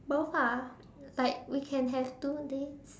both ah like we can have two a day